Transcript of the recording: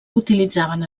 utilitzaven